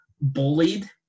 bullied